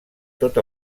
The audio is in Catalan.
tot